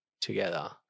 together